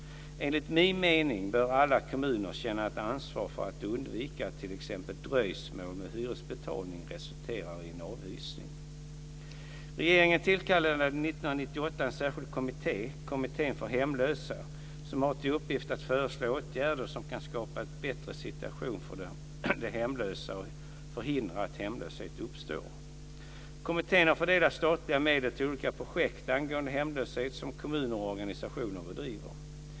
Enligt min mening bör alla kommuner känna ett ansvar för att undvika att t.ex. dröjsmål med hyresbetalning resulterar i en avhysning. Regeringen tillkallade år 1998 en särskild kommitté, Kommittén för hemlösa, som har till uppgift att föreslå åtgärder som kan skapa en bättre situation för de hemlösa och förhindra att hemlöshet uppstår. Kommittén har fördelat statliga medel till olika projekt angående hemlöshet som kommuner och organisationer bedriver.